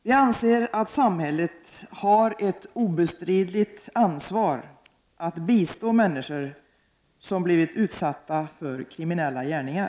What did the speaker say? Jag anser att samhället har ett obestridligt ansvar när det gäller att bistå människor som har blivit utsatta för kriminella gärningar.